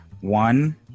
one